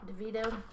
DeVito